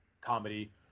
comedy